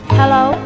hello